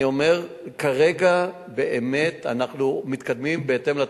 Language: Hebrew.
אני אומר, כרגע אנחנו באמת מתקדמים בהתאם לתוכנית.